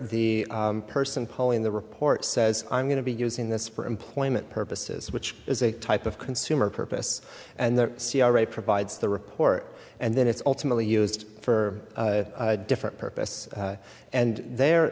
the person pulling the report says i'm going to be using this for employment purposes which is a type of consumer purpose and the c r a provides the report and then it's ultimately used for a different purpose and the